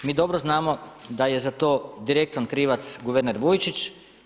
Mi dobro znamo da je za to direktan krivac guverner Vujčić.